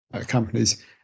companies